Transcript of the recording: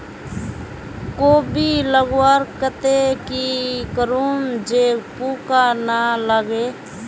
कोबी लगवार केते की करूम जे पूका ना लागे?